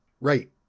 Right